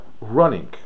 running